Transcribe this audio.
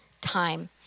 time